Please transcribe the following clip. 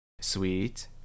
Sweet